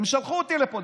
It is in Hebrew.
הם שלחו אותי לפה.